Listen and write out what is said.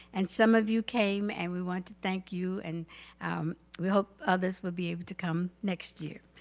and some of you came and we want to thank you and we hope others would be able to come next year.